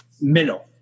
middle